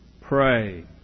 Pray